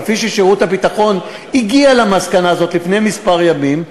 כפי ששירות הביטחון הגיע למסקנה הזאת לפני כמה ימים,